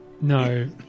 No